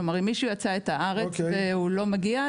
כלומר אם מישהו יצא את הארץ והוא לא מגיע,